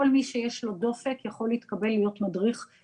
כל מי שיש לו דופק יכול להתקבל להיות מדריך.